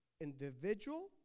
individual